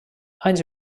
anys